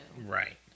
Right